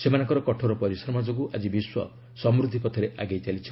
ସେମାନଙ୍କର କଠୋର ପରିଶ୍ରମ ଯୋଗୁଁ ଆଜି ବିଶ୍ୱ ସମୃଦ୍ଧି ପଥରେ ଆଗେଇ ଚାଲିଛି